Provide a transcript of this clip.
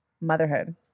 motherhood